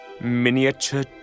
Miniature